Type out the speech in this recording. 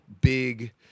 big